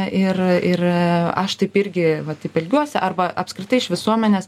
ir ir aš taip irgi va taip elgiuosi arba apskritai iš visuomenės